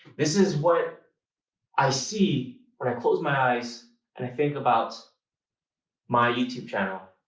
this is what i see when i close my eyes and i think about my youtube channel.